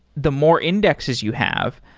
the more indexes you have,